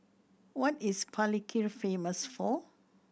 what is Palikir famous for